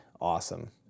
Awesome